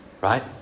Right